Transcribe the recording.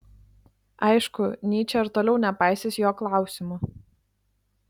aišku nyčė ir toliau nepaisys jo klausimų